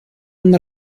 una